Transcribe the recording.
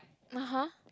(uh huh)